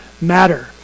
matter